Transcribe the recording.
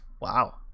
wow